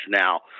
now